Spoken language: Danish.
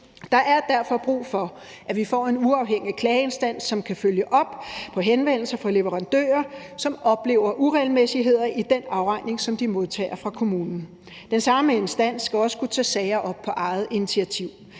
Der er derfor brug for, at vi får en uafhængig klageinstans, som kan følge op på henvendelser fra leverandører, som oplever uregelmæssigheder i den afregning, som de modtager fra kommunen. Den samme instans skal også kunne tage sager op på eget initiativ,